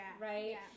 right